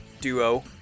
duo